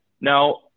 now